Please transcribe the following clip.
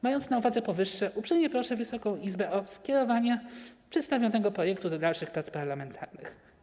Mając na uwadze powyższe, uprzejmie proszę Wysoką Izbę o skierowanie przedstawionego projektu do dalszych prac parlamentarnych.